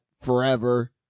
forever